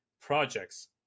projects